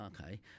okay